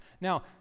Now